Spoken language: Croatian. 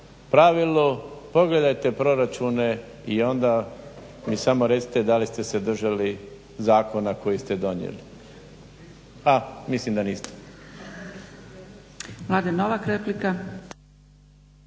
pravilu pogledajte proračune i onda mi samo recite da li ste se držali zakona koji ste donijeli. Pa mislim da niste.